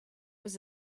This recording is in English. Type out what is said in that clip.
was